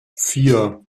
vier